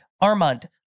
Armand